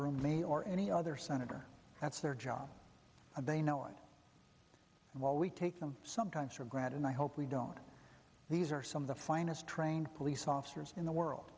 room a or any other senator that's their job and they know it and while we take them sometimes for granted i hope we don't these are some of the finest trained police officers in the world